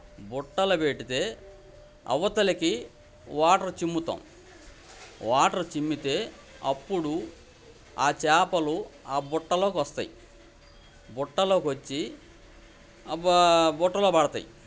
బుట్టలు పెట్టితే అవతలికి వాటర్ చిమ్ముతాం వాటరు చిమ్మితే అప్పుడు ఆ చాపలు ఆ బుట్టలోకొస్తాయి బుట్టలోకొచ్చి బుట్టలో పడతాయి